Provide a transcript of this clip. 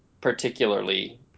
particularly